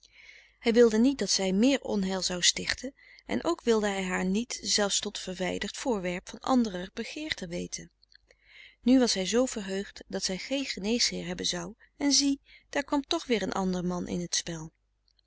hij wilde niet dat zij meer onheil zou stichten en ook wilde hij haar niet zelfs tot verwijderd voorwerp van anderer begeerte weten nu was hij zoo verheugd dat zij geen geneesheer hebben zou en zie daar kwam toch weer een ander man in t spel